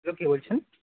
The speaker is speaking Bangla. হ্যালো বলছেন